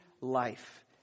life